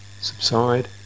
subside